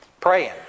praying